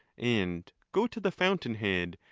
and go to the fountain-head,